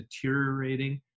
deteriorating